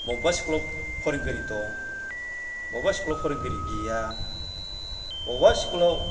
बबेबा स्कुलाव फोरोंगिरि दं बबेबा स्कुलाव फोरोंगिरि गैया बबेबा स्कुला